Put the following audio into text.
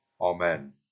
Amen